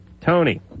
Tony